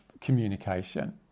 communication